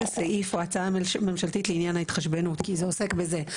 הסעיף או ההצעה הממשלתית לעניין ההתחשבנות כי זה עוסק בזה,